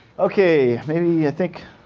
okay. maybe, i think,